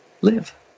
live